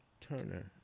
Turner